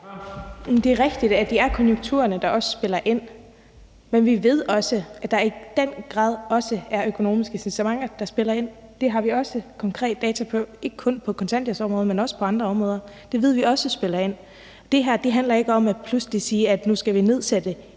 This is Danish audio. Det er rigtigt, at det også er konjunkturerne, der spiller ind, men vi ved også, at der i den grad også er økonomiske incitamenter, der spiller ind. Det har vi også konkrete data på, ikke kun på kontanthjælpsområdet, men også på andre områder. Så det ved vi også spiller ind. Det her handler ikke om, at vi nu pludselig siger, at vi skal nedsætte